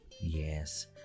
Yes